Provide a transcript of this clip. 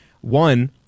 One